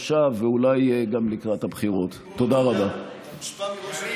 בתוך העיר ולאו דווקא בתוך מקום מסוים,